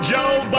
Joe